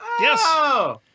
Yes